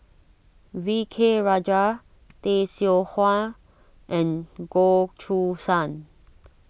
V K Rajah Tay Seow Huah and Goh Choo San